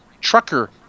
trucker